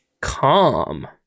calm